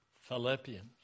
Philippians